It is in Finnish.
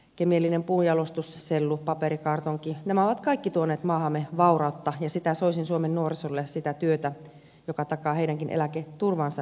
kemiallinen puunjalostus sellu paperi kartonki ovat kaikki tuoneet maahamme vaurautta ja sitä soisin suomen nuorisolle sitä työtä joka takaa heidänkin eläketurvansa